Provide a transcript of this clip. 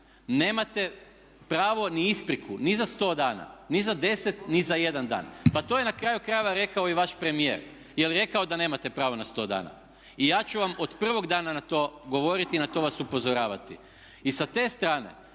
nemate pravo ni ispriku ni za sto dana, ni za 10, ni za 1 dan. Pa to je na kraju krajeva rekao i vaš premijer. Je li rekao da nemate pravo na 100 dana? I ja ću vam od prvog dana na to govoriti i na to vas upozoravati. I sa te strane